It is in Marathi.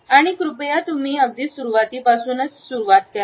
नाही कृपया तुम्ही अगदी सुरुवातीपासूनच सुरुवात करा